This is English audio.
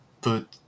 put